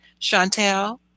Chantel